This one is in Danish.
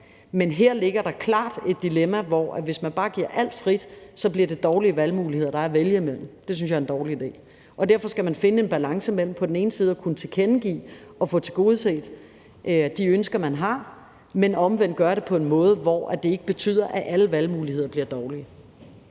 Men her ligger der klart et dilemma, for hvis man bare giver alt fri, bliver det dårlige muligheder, der er at vælge imellem, og det synes jeg er en dårlig idé, og derfor skal man finde en balance mellem på den ene side at kunne tilkendegive at få tilgodeset de ønsker, man har, men omvendt gøre det på en måde, hvor det ikke betyder, at alle valgmuligheder bliver dårlige.